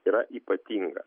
yra ypatinga